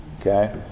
Okay